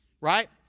right